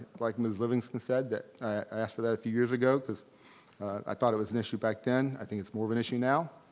like ms. livingston said. i asked for that a few years ago cause i thought it was an issue back then. i think it's more of an issue now,